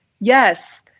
Yes